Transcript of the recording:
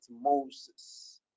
Moses